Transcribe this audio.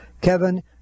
Kevin